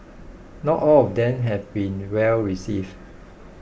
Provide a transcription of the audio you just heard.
not all of them have been well received